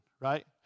right